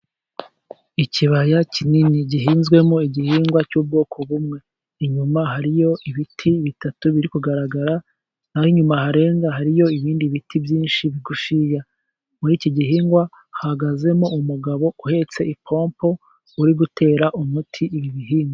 Ikibaya kinini gihinzwemo igihingwa cy'ubwoko bumwe. Inyuma hariyo ibiti bitatu biri kugaragara, naho inyuma harenga hariyo ibindi biti byinshi bigufiya. Muri iki gihingwa hahagazemo umugabo uhetse ipompo, uri gutera umuti ibi bihingwa.